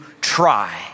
try